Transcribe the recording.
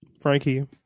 Frankie